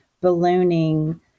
ballooning